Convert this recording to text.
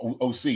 OC